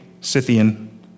Scythian